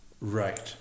Right